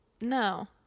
No